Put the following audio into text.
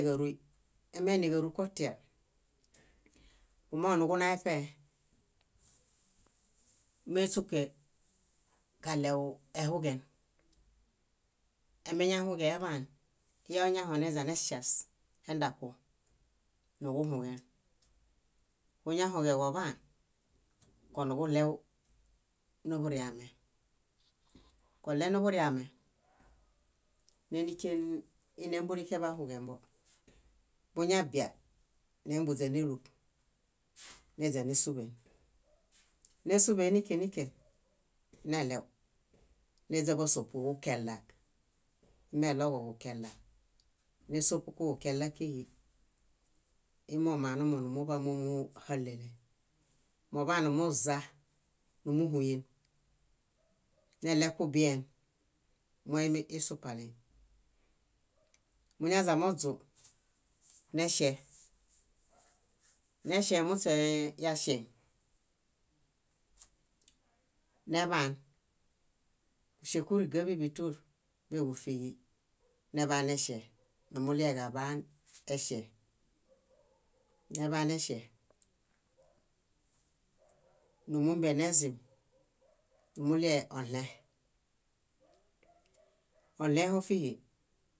Émeiniġaruġotia, kumooġo nuġuna eṗee. Méśuke kaɭew ehuġen, emeñahuġẽḃaan íi oñaho neɭeneŝas endaku, nuġuźanuġuhuġen, kuñahuġẽġoḃaan konuġuɭew niḃuriame. Koɭeniḃuriame, néndikee ínembundiken bahuġembo. Buñabia, némbuźaneluṗ néźanesuḃen; nésuḃeendikendiken, neɭew neźa básopuġukela, imeɭoġoġukela, nésopu kuġukela kíġi ímo manumo numuḃay mómuuhalele. Moḃanumuza, númuhuyen, neɭekubien moimi isupalĩ. Muñaźamuźũ, neŝe, neŝe muśeee yaŝeŋ, neḃaan, kúŝẽkurigabiḃitu úbiẽġufiġi neḃaneŝe: numuɭiekaḃaan eŝe. Neḃaaneŝe, númumbie nezim, numuɭie oɭẽ, oɭẽho fíhi,